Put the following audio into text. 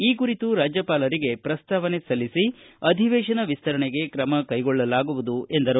ಈ ಕುರಿತು ರಾಜ್ಯಪಾಲರಿಗೆ ಪ್ರಸ್ತಾವನೆ ಸಲ್ಲಿಸಿ ಅಧಿವೇಶನ ವಿಸ್ತರಣೆಗೆ ತ್ರಮ ಕೈಗೊಳ್ಳಲಾಗುವುದು ಎಂದರು